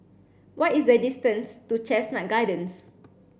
what is the distance to Chestnut Gardens